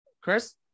Chris